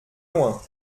loin